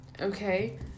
Okay